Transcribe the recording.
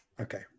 Okay